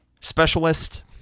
Specialist